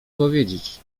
powiedzieć